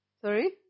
Sorry